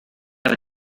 have